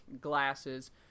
glasses